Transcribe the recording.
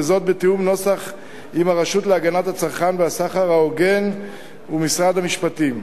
בתיאום נוסח עם הרשות להגנת הצרכן והסחר ההוגן ומשרד המשפטים.